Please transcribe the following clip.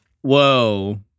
Whoa